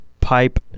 pipe